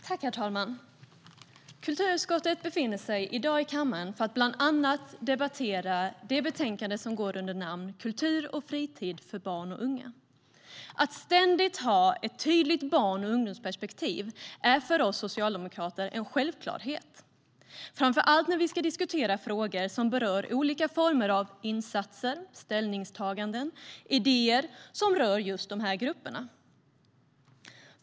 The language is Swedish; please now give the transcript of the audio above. Herr talman! Kulturutskottet befinner sig i dag i kammaren för att bland annat debattera det betänkande som går under namnet Kultur och fritid för barn och unga . Att ständigt ha ett tydligt barn och ungdomsperspektiv är för oss socialdemokrater en självklarhet, framför allt när vi ska diskutera frågor som berör olika former av insatser, ställningstaganden och idéer som rör just dessa grupper.